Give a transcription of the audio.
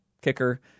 kicker